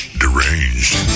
deranged